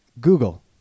Google